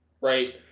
right